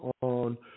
on